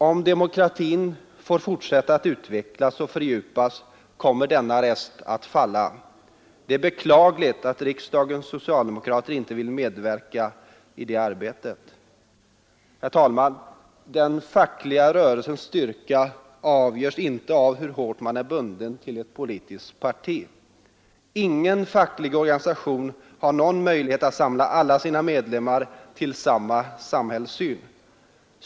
Om demokratin får fortsätta att utvecklas och fördjupas kommer denna rest att falla. Det är beklagligt att riksdagens socialdemokrater inte vill medverka i det arbetet. Herr talman! Den fackliga rörelsens styrka avgörs inte av hur hårt man är bunden till ett politiskt parti. Ingen facklig organisation har någon möjlighet att samla alla sina medlemmar till samma samhällssyn.